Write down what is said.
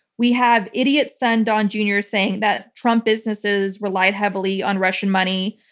we have idiot son, don jr, saying that trump businesses relied heavily on russian money.